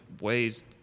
ways